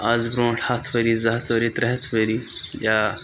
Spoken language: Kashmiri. آز برونٛٹھ ہَتھ ؤری زٕ ہَتھ ؤری ترٛےٚ ہَتھ ؤری یا